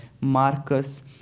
Marcus